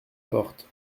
porte